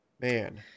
Man